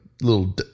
little